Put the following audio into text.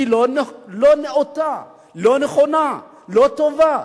היא לא נאותה, לא נכונה, לא טובה.